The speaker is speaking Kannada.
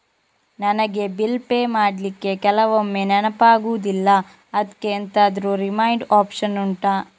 ನನಗೆ ಬಿಲ್ ಪೇ ಮಾಡ್ಲಿಕ್ಕೆ ಕೆಲವೊಮ್ಮೆ ನೆನಪಾಗುದಿಲ್ಲ ಅದ್ಕೆ ಎಂತಾದ್ರೂ ರಿಮೈಂಡ್ ಒಪ್ಶನ್ ಉಂಟಾ